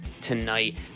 tonight